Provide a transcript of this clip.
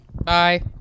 Bye